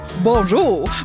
Bonjour